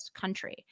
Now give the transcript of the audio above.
country